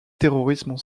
terrorisme